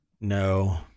No